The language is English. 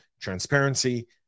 transparency